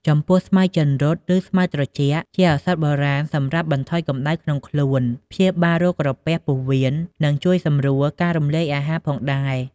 ចំពោះស្មៅចិនរត់ ឬស្មៅត្រជាក់ ជាឱសថបុរាណសម្រាប់បន្ថយកម្ដៅក្នុងខ្លួន ព្យាបាលរោគក្រពះពោះវៀន និងជួយសម្រួលការរំលាយអាហារផងដែរ។